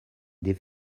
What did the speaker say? des